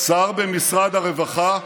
שר במשרד הרווחה,